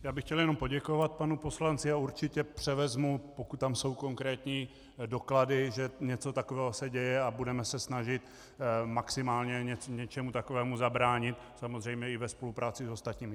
Já bych chtěl jenom poděkovat panu poslanci a určitě převezmu, pokud tam jsou konkrétní doklady, že něco takového se děje, a budeme se snažit maximálně něčemu takovému zabránit, samozřejmě i ve spolupráci s ostatními.